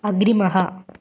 अग्रिमः